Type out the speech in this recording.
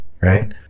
Right